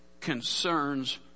concerns